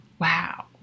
Wow